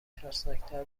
ترسناکتر